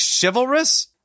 chivalrous